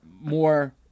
more